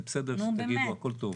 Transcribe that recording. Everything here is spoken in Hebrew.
זה בסדר שתגידו, הכול טוב.